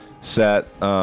set